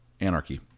anarchy